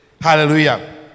Hallelujah